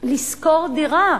לשכור דירה.